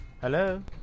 hello